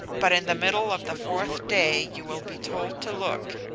but in the middle of the fourth day you will be told to look,